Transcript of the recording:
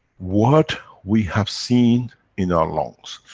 what we have seen in our lungs.